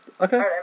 okay